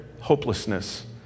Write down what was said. hopelessness